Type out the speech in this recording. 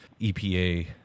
epa